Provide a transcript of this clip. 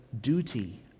duty